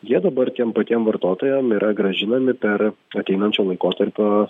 jie dabar tiem patiem vartotojam yra grąžinami per ateinančio laikotarpio